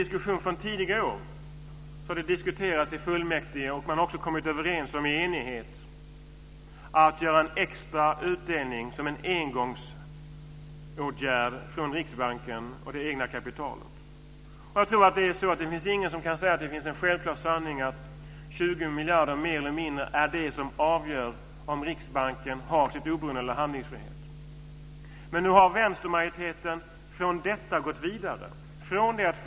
Det har sedan tidigare år diskuterats i fullmäktige, och man har i enighet kommit överens om, att som en engångsåtgärd göra en extra utdelning av det egna kapitalet. Det finns ingen som kan säga att det finns en självklar sanning att 20 miljarder mer eller mindre är det som avgör om Riksbanken utövar sitt oberoende eller har handlingsfrihet. Nu har vänstermajoriteten gått vidare från detta.